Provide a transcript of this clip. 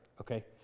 okay